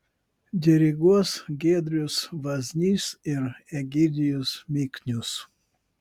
diriguos giedrius vaznys ir egidijus miknius